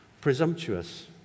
presumptuous